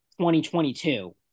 2022